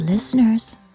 Listeners